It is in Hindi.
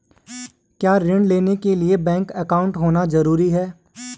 क्या ऋण लेने के लिए बैंक अकाउंट होना ज़रूरी है?